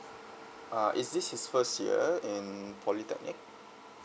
uh is this his first year in polytechnic